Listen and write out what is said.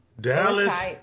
Dallas